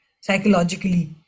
psychologically